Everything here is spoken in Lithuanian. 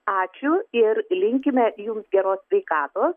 ačiū ir linkime jums geros sveikatos